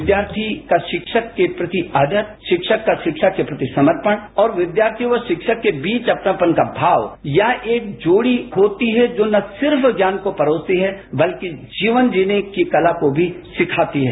विद्यार्थी का शिक्षक के प्रति आदर शिक्षक का शिक्षा के प्रति समर्पण और विद्यार्थी व शिक्षक के बीच अपनापन का भाव यह एक जोड़ी होती है जो न सिर्फ ज्ञान को परोसती है बल्कि जीवन जीने की कता को भी सिखाती है